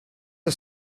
els